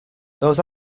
those